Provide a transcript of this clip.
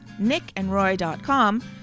nickandroy.com